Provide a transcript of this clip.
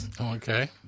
Okay